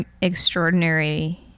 extraordinary